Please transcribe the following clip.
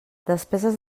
despeses